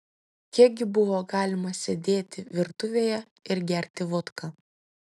kiek gi buvo galima sėdėti virtuvėje ir gerti vodką